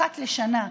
אחת לשנה,